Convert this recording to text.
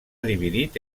dividit